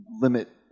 limit